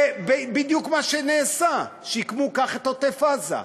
זה בדיוק מה שנעשה, שיקמו כך את עוטף-עזה.